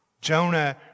Jonah